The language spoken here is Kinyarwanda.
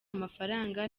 amafaranga